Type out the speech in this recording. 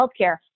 healthcare